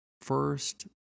First